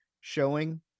showing